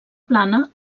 plana